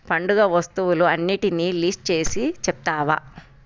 పండుగ వస్తువులు అన్నిటినీ లిస్ట్ చేసి చెప్తావా